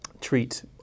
treat